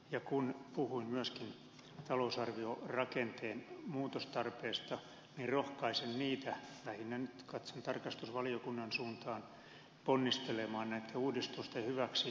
ja kun puhuin myöskin talousarviorakenteen muutostarpeesta niin rohkaisen lähinnä nyt katson tarkastusvaliokunnan suuntaan ponnistelemaan näitten uudistusten hyväksi